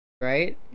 right